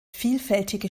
vielfältige